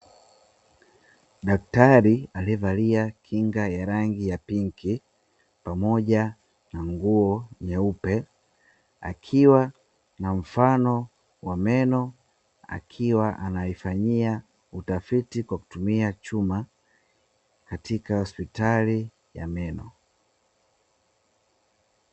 Daktari aliyevalia kinga ya rangi ya pinki, pamoja na nguo nyeupe, akiwa na mfano wa meno, akiwa anafanyia utafiti kwa kutumia chuma, katika hospitali ya meno.